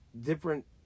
Different